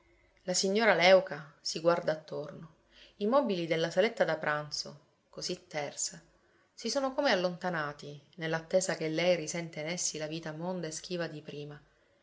la signora léuca si guarda attorno i mobili della saletta da pranzo così tersa si sono come allontanati nell'attesa che lei risenta in essi la vita monda e schiva di prima